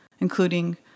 including